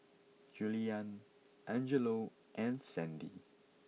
Juliann Angelo and Sandy